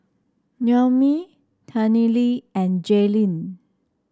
Noemi Tennille and Jaylyn